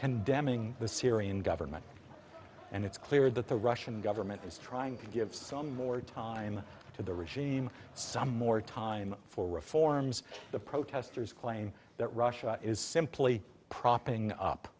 condemning the syrian government and it's clear that the russian government is trying to give some more time to the regime some more time for reforms the protesters claim that russia is simply propping up